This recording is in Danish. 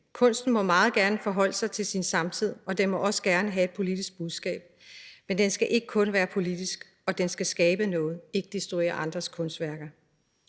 Kunsten må meget gerne forholde sig til sin samtid, og den må også gerne have et politisk budskab, men den skal ikke kun være politisk, og den skal skabe noget, ikke destruere andres kunstværker.